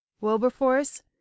wilberforce